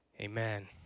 Amen